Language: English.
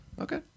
Okay